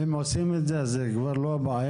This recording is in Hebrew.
אם עושים את זה אז זאת כבר לא בעיה,